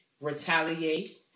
retaliate